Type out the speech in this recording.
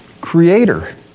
creator